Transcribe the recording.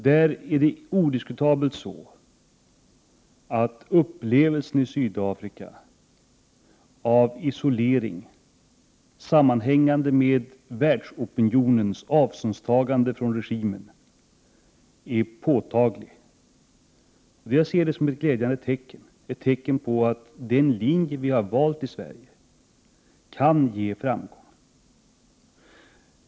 Där är det odiskutabelt så, att upplevelsen i Sydafrika av isolering, sammanhängande med världsopinionens avståndstagande från regimen, är påtaglig. Jag ser det som ett glädjande tecken på att den linje vi har valt i Sverige kan ge framgång.